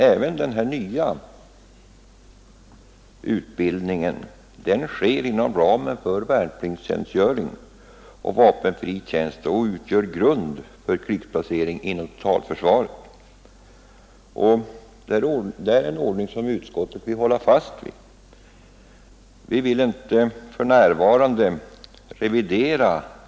Även den nya utbildningen sker inom ramen för värnpliktstjänstgöringen och den vapenfria tjänsten och utgör grund för krigsplacering inom totalförsvaret. Det är en ordning som utskottet vill hålla fast vid. Vi vill inte för närvarande revidera värnpliktssystemet.